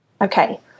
Okay